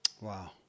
Wow